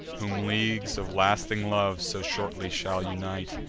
whom leagues of lasting love so shortly shall unite!